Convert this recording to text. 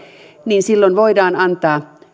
niin silloin voidaan antaa